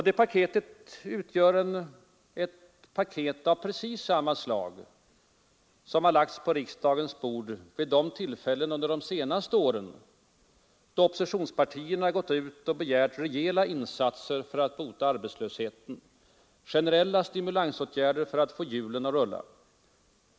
Det förslaget utgör ett paket av precis samma slag som har lagts på riksdagens bord vid de tillfällen under de senaste åren då oppositionspartierna gått ut och begärt rejäla insatser för att bota arbetslösheten, generella stimulansåtgärder för att få hjulen att rulla.